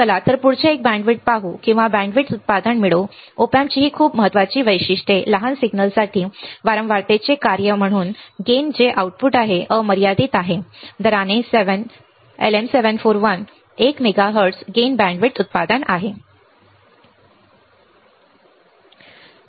चला पुढचे एक बँडविड्थ पाहू किंवा बँडविड्थ उत्पादन मिळवू Op amp ची खूप महत्वाची वैशिष्ट्ये लहान सिग्नल साठी वारंवारतेचे कार्य म्हणून गेन जे आऊटपुट आहे अमर्यादित आहे दराने LM741 ला 1 मेगाहर्ट्झ चे गेन बँडविड्थ उत्पादन आहे